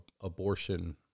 abortion